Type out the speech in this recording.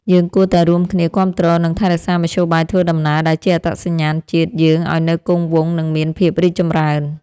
យើងគួរតែរួមគ្នាគាំទ្រនិងថែរក្សាមធ្យោបាយធ្វើដំណើរដែលជាអត្តសញ្ញាណជាតិយើងឱ្យនៅគង់វង្សនិងមានភាពរីកចម្រើន។